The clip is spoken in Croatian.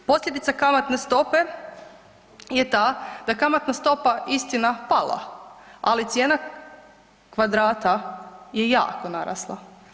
Posljedica kamatne stope je ta da kamatna stopa, istina, pala, ali cijena kvadrata je jako narasla.